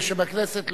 בשם הכנסת,